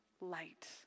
light